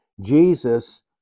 Jesus